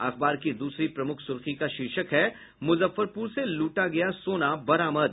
अखबार की दूसरी प्रमुख सुर्खी का शीर्षक है मुजफ्फरपुर से लूटा गया सोना बरामद